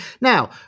now